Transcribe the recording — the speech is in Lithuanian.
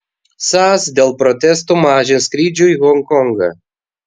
sas dėl protestų mažins skrydžių į honkongą